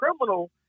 criminal